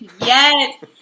yes